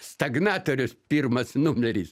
stagnatorius pirmas numeris